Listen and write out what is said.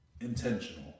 intentional